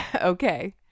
Okay